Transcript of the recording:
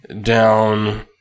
down